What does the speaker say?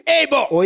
able